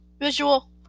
visual